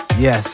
Yes